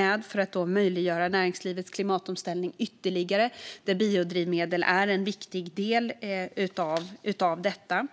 Det handlar om att ytterligare möjliggöra näringslivets klimatomställning, och biodrivmedel är en viktig del av detta.